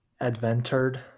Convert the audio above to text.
adventured